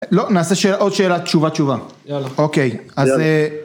לא, נעשה עוד שאלה, תשובה, תשובה. יאללה, אוקיי, אז